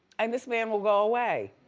and this man will go away.